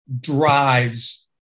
drives